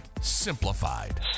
simplified